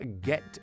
get